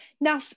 Now